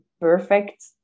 perfect